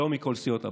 לא מכל סיעות הבית,